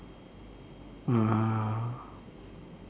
ah